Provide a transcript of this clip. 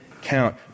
count